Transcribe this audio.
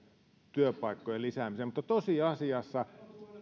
työpaikkojen lisäämiseen mutta tosiasiassa